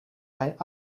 mijn